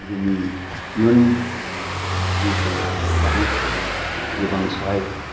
जोंनि इयुन जिउखौ दानो थाखायबो गोबां सहाय